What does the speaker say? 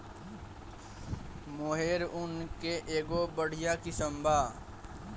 मोहेर ऊन के एगो बढ़िया किस्म बा